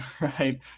right